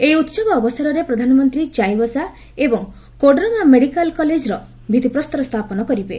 ଏହି ଉହବ ଅବସରରେ ପ୍ରଧାନମନ୍ତ୍ରୀ ଚାଇବାସା ଏବଂ କୋଡରମା ମେଡିକାଲ୍ କଲେଜର ଭିଭିପ୍ରସ୍ତର ସ୍ଥାପନ କରିବେ